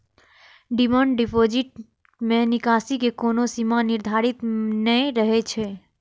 demand deposit मे निकासी के कोनो सीमा निर्धारित नै रहै छै